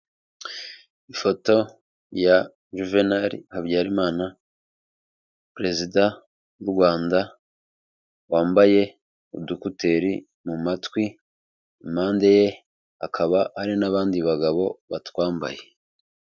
Ifoto ya Juvenal Habyarimana perezidade w'u Rwanda wambaye udukuteri mu matwi, impande ye hakaba ari n'abandi bagabo batwambaye.